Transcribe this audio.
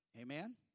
Amen